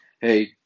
hey